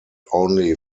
only